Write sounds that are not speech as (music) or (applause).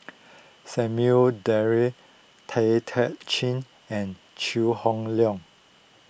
Samuel Dyer Tay (unintelligible) Chin and Chew Hock Leong